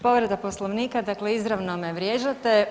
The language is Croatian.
Povreda Poslovnika, dakle izravno me vrijeđate.